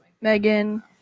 Megan